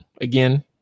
again